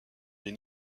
des